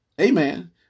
amen